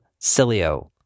Cilio